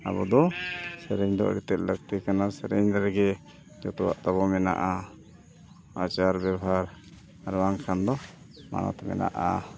ᱟᱵᱚ ᱫᱚ ᱥᱮᱨᱮᱧ ᱫᱚ ᱟᱹᱰᱤᱛᱮᱫ ᱞᱟᱹᱠᱛᱤ ᱠᱟᱱᱟ ᱥᱮᱨᱮᱧ ᱨᱮᱜᱮ ᱡᱚᱛᱚᱣᱟᱜ ᱛᱟᱵᱚᱱ ᱢᱮᱱᱟᱜᱼᱟ ᱟᱪᱟᱨ ᱵᱮᱵᱚᱦᱟᱨ ᱟᱨ ᱵᱟᱝᱠᱷᱟᱱ ᱫᱚ ᱢᱟᱱᱚᱛ ᱢᱮᱱᱟᱜᱼᱟ